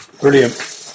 Brilliant